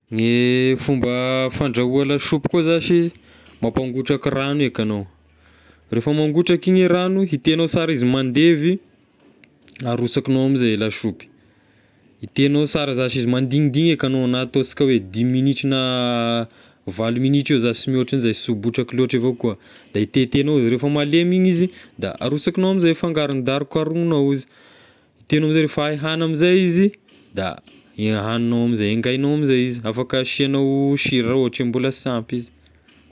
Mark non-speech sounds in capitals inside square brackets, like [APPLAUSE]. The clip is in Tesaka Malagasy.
Gne fomba fandraoa lasopy koa zashy mampangotraky ragno eka agnao, rehefa mangotraka igny ragno, hitegnao sara izy mandevy [NOISE] arosakignao amizay lasopy, hitegnao sara zashy izy mandindiny eka agnao na ataonsika hoe dimy minitra na valo minitra eo zashy sy mihoatra an'izay sy ho botraky loatra avao koa da hitetegnao izy, rehefa malemy igny izy da arosakignao amizay fangarony da arokaronignao izy, hitegnao amizay rehefa hay hagny amizay izy da hay hagnignao amizay, hingainao amizay izy afaka asiagnao sira raha ohatry hoe mbola sy ampy izy.